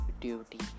duty